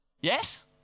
Yes